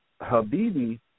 Habibi